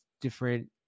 different